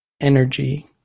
energy